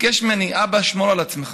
ביקש ממני: אבא, שמור על עצמך.